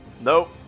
Nope